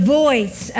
voice